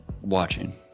watching